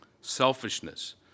Selfishness